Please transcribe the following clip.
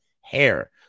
hair